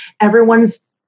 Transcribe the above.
everyone's